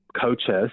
coaches